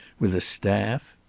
with a staff.